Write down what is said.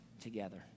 together